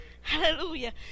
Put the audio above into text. Hallelujah